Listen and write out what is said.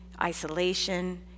isolation